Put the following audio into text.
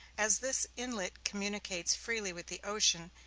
as this inlet communicates freely with the ocean,